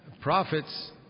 prophets